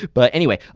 but anyway,